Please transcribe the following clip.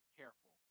careful